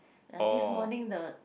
ya this morning the